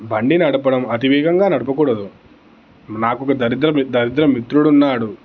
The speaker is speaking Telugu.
బండి నడపడం అతి వేగంగా నడపకూడదు నాకు ఒక దరిద్ర దరిద్ర మిత్రుడు ఉన్నాడు